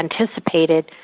anticipated